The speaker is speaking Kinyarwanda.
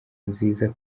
nziza